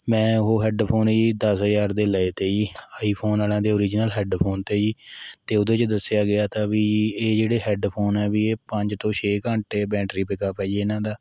ਮੈਂ ਉਹ ਹੈੱਡਫੋਨ ਜੀ ਦਸ ਹਜ਼ਾਰ ਦੇ ਲਏ ਅਤੇ ਜੀ ਆਈ ਫੋਨ ਵਾਲਿਆਂ ਦੇ ਓਰਿਜਨਲ ਹੈੱਡਫੋਨ ਤੇ ਜੀ ਅਤੇ ਉਹਦੇ 'ਚ ਦੱਸਿਆ ਗਿਆ ਤਾਂ ਵੀ ਇਹ ਜਿਹੜੇ ਹੈੱਡਫੋਨ ਹੈ ਵੀ ਇਹ ਪੰਜ ਤੋਂ ਛੇ ਘੰਟੇ ਬੈਂਟਰੀ ਬੈੱਕਅੱਪ ਹੈ ਜੀ ਇਨ੍ਹਾਂ ਦਾ